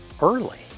early